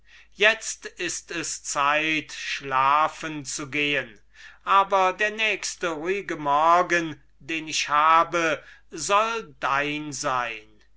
itzo ist es zeit schlafen zu gehen aber der nächste ruhige morgen den ich habe soll dein sein